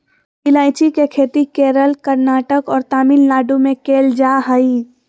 ईलायची के खेती केरल, कर्नाटक और तमिलनाडु में कैल जा हइ